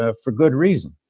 ah for good reason.